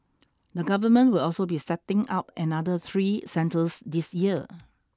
the government will also be setting up another three centres this year